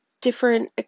different